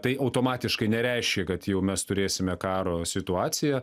tai automatiškai nereiškia kad jau mes turėsime karo situaciją